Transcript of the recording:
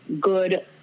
good